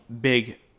big